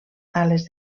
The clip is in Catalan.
ales